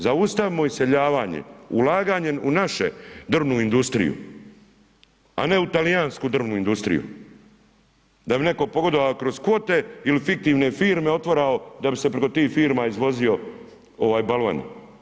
Zaustavimo iseljavanje, ulaganje u naše, drvnu industriju a ne u talijansku drvnu industriju, da bi netko pogodovao kroz kvote ili fiktivne firme otvarao da bi se preko tih firma izvozili balvani.